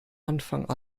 anfang